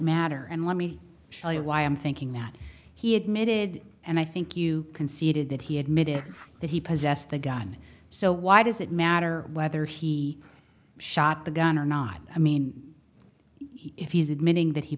matter and let me show you why i'm thinking that he admitted and i think you conceded that he admitted that he possessed the gun so why does it matter whether he shot the gun or not i mean if he's admitting that he